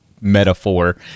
metaphor